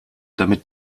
damit